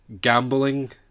gambling